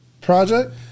project